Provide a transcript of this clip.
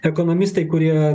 ekonomistai kurie